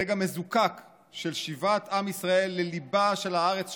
רגע מזוקק של שיבת עם ישראל לליבה של הארץ שלו,